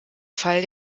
fall